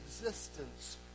existence